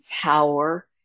power